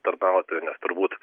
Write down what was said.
tarnautojų nes turbūt